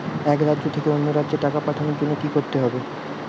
এক রাজ্য থেকে অন্য রাজ্যে টাকা পাঠানোর জন্য কী করতে হবে?